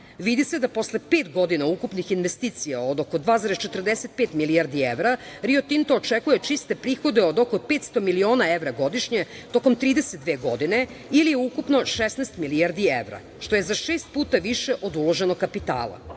Vidi se da posle pet godina ukupnih investicija od oko 2,45 milijardi evra "Rio Tinto" očekuje čiste prihode od oko 500 miliona evra godišnje tokom 32 godine ili ukupno 16 milijardi evra, što je za šest puta više od uloženog kapitala."Rio